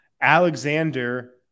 Alexander